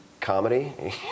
comedy